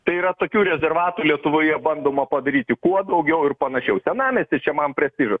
tai yra tokių rezervatų lietuvoje bandoma padaryti kuo daugiau ir panašiau senamiesty čia man prestižas